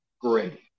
Great